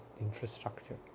infrastructure